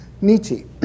Nietzsche